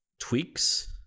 tweaks